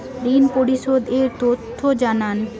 ঋন পরিশোধ এর তথ্য জানান